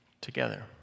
together